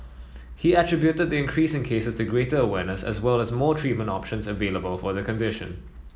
he attributed the increase in cases to greater awareness as well as more treatment options available for the condition